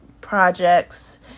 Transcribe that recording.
projects